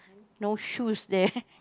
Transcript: no shoes there